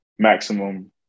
maximum